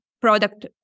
product